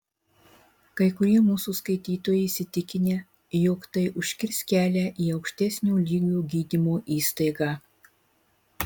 kai kurie mūsų skaitytojai įsitikinę jog tai užkirs kelią į aukštesnio lygio gydymo įstaigą